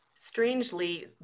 strangely